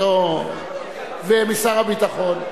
ומשר הביטחון.